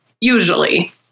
usually